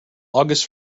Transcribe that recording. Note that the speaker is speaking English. august